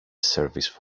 service